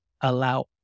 allow